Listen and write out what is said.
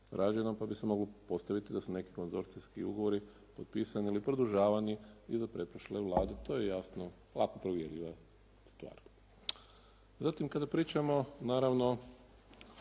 pa bi se moglo postaviti da se neki konzorcijski ugovori potpisani ili produžavani i za pretprošle Vlade. To je jasno lako provjerljiva stvar. Zatim kada pričamo naravno,